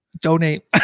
donate